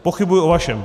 Pochybuji o vašem!